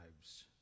lives